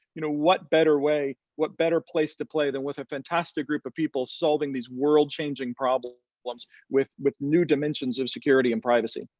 you know what better way, what better place to play than with a fantastic group of people solving these world-changing problems with with new dimensions of security and privacy.